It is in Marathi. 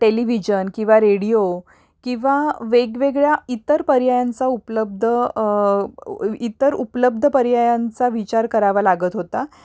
टेलिव्हिजन किंवा रेडिओ किंवा वेगवेगळ्या इतर पर्यायांचा उपलब्ध इतर उपलब्ध पर्यायांचा विचार करावा लागत होता